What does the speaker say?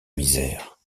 misère